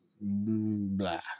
blah